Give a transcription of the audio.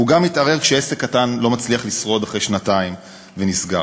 והוא גם מתערער כשעסק קטן לא מצליח לשרוד אחרי שנתיים ונסגר,